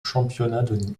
championnats